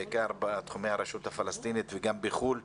בעיקר בתחומי הרשות הפלסטינית וגם בחוץ לארץ,